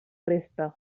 resta